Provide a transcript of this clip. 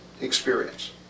experience